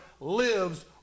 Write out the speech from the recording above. lives